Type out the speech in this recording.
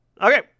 okay